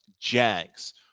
Jags